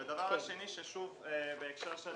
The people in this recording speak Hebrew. הדבר השני בהקשר של